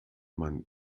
man